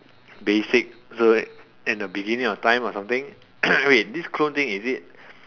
basic so in the beginning of time or something wait this clone thing is it